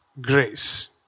Grace